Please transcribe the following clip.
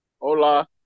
hola